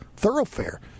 Thoroughfare